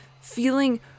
feeling